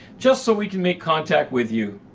just so we can make contact with you.